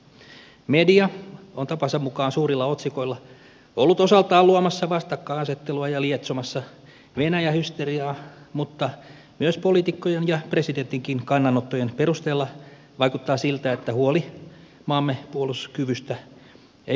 media on tapansa mukaan suurilla otsikoilla ollut osaltaan luomassa vastakkainasettelua ja lietsomassa venäjä hysteriaa mutta myös poliitikkojen ja presidentinkin kannanottojen perusteella vaikuttaa siltä että huoli maamme puolustuskyvystä ei ole turha